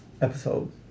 episode